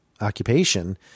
occupation